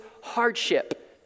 hardship